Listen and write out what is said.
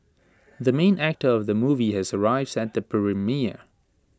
the main actor of the movie has arrived at the premiere